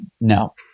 no